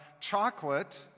Chocolate